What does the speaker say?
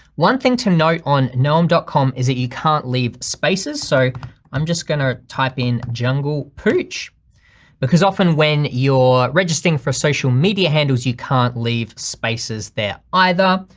one thing to note on knowem dot com is that you can't leave spaces, so i'm just gonna type in junglepooch because often when you're registering for social media handles you can't leave spaces there either.